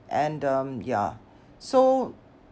and um ya so